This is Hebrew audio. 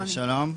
שלום.